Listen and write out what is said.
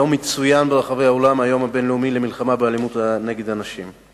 היום מצוין ברחבי העולם היום הבין-לאומי למלחמה באלימות נגד נשים.